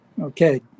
okay